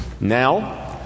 Now